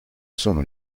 sono